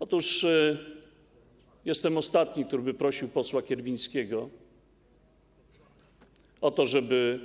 Otóż jestem ostatni, który prosiłby posła Kierwińskiego o to, żeby